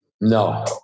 No